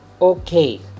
okay